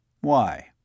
Why